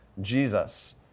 Jesus